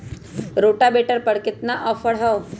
Rotavator पर केतना offer हव?